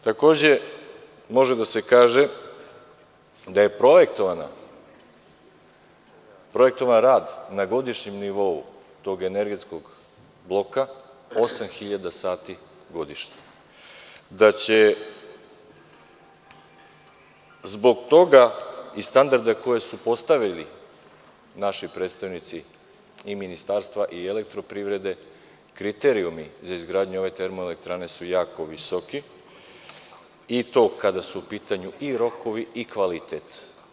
Takođe, može da se kaže da je projektovan rad na godišnjem nivou tog energetskog bloka osam hiljada sati godišnje, da su zbog toga i standarda koje su postavili naši predstavnici i ministarstva i elektroprivrede, kriterijumi za izgradnju ove termoelektrane jako visoki, i to kada su u pitanju i rokovi i kvalitet.